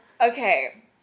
Okay